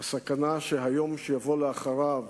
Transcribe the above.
הסכנה שהיום שיבוא אחריו,